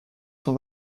s’en